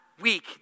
week